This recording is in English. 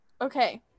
Okay